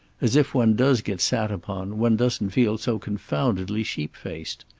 as if one does get sat upon, one doesn't feel so confoundedly sheep-faced.